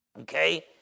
okay